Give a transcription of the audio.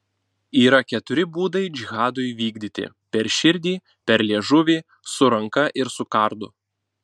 yra keturi būdai džihadui vykdyti per širdį per liežuvį su ranka ir su kardu